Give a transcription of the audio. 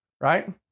right